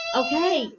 okay